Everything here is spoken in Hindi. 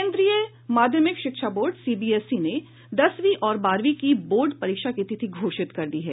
केन्द्रीय माध्यमिक शिक्षा board C B S E ने दसवीं और बारहवीं की बोर्ड परीक्षा की तिथि घोषित कर दी है